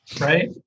right